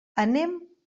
anem